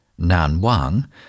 Nanwang